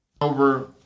Over